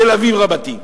תל-אביב רבתי.